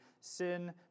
sin